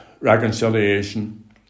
reconciliation